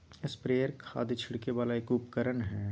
sprayer खाद छिड़के वाला एक उपकरण हय